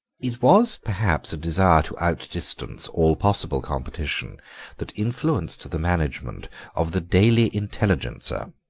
it was, perhaps, a desire to out-distance all possible competition that influenced the management of the daily intelligencer,